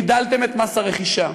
הגדלתם את מס הרכישה,